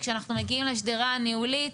כשאנחנו מגיעים לשדרה הניהולית,